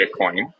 Bitcoin